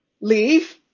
leave